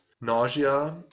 nausea